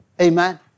Amen